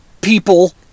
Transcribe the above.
people